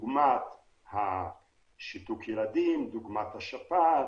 דוגמת החיסון כנגד שיתוק ילדים ושפעת.